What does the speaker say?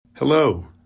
Hello